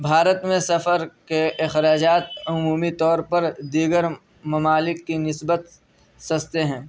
بھارت میں سفر کے اخراجات عمومی طور پر دیگر ممالک کی نسبت سستے ہیں